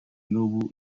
n’ubu